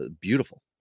beautiful